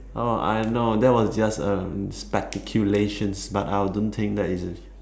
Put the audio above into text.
oh I know that was just um speculations but I don't think that is